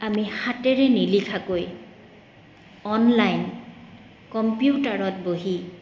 আমি হাতেৰে নিলিখাকৈ অনলাইন কম্পিউটাৰত বহি